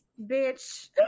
Bitch